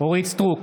אורית מלכה סטרוק,